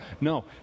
No